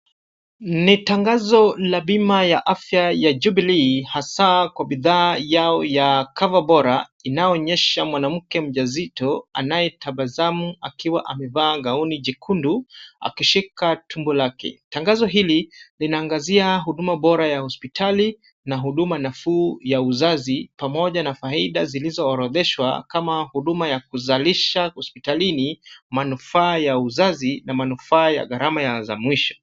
Ni tangazo ya bima ya afya ya jubilee hasa kwa bidhaa yao ya Cover Bora, inayoonyesha mwanamke mja mzito anaye tabasamu akiwa amevaa gauni jekundu, akishika tumbo lake. Tangazo hili, linaangazia huduma bora ya hosipitali na huduma nafuu ya uzazi pamoja na faida zilizoorodheshwa kama huduma ya kuzalisha hosipitalini, manufaa ya uzazi na manufaa ya gharama za mwisho.